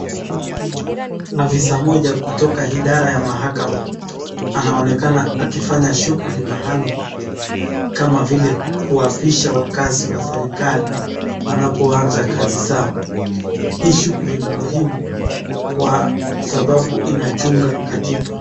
Ofisa moja kutoka idara ya mahakama anaonekana akifanya shughuli maalum, kama vile kuapisha wakazi wa serikali wanapoanza kazi zao. Hii shughuli ni muhimu kwa sababu inachunga katiba.